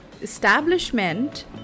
Establishment